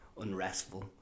unrestful